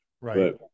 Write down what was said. right